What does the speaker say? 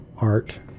art